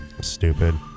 Stupid